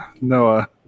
Noah